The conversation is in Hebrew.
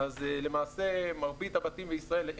אז למעשה מרבית הבתים בישראל -- כדאיות.